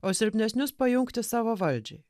o silpnesnius pajungti savo valdžiai